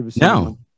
No